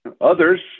Others